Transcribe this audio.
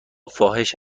فاحش